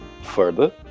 Further